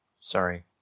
Sorry